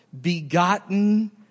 begotten